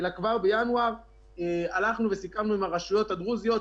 אלא כבר בינואר סיכמנו עם הרשויות הדרוזיות,